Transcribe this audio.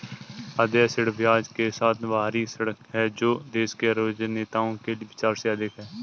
अदेय ऋण ब्याज के साथ बाहरी ऋण है जो देश के राजनेताओं के विचार से अधिक है